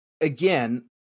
again